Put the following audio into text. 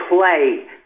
play